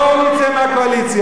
בואו נצא מהקואליציה,